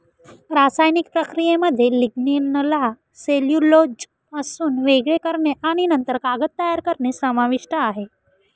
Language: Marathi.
रासायनिक प्रक्रियेमध्ये लिग्निनला सेल्युलोजपासून वेगळे करणे आणि नंतर कागद तयार करणे समाविष्ट आहे